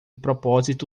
propósito